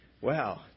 Wow